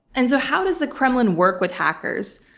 and so, how does the kremlin work with hackers?